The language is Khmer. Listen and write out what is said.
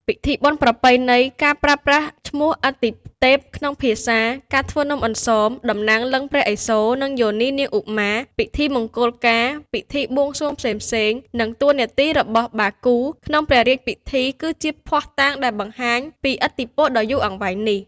ពិធីបុណ្យប្រពៃណី ការប្រើប្រាស់ឈ្មោះអាទិទេពក្នុងភាសា ការធ្វើនំអន្សម តំណាងលិង្គព្រះឥសូរ និងយោនីនាងឧមា ពិធីមង្គលការ ពិធីបួងសួងផ្សេងៗ និងតួនាទីរបស់ បាគូ ក្នុងព្រះរាជពិធី គឺជាភស្តុតាងដែលបង្ហាញពីឥទ្ធិពលដ៏យូរអង្វែងនេះ។